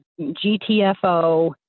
GTFO